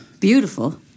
Beautiful